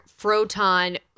Froton